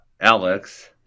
Alex